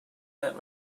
that